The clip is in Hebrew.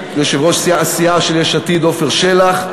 ליושב-ראש הסיעה של יש עתיד עפר שלח.